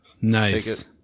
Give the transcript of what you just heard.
Nice